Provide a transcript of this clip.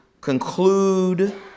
conclude